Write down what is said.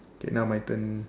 okay now my turn